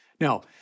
Now